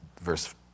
Verse